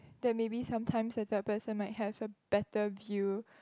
then maybe sometimes a third person might have a better view